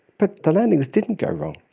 but the landings didn't go wrong.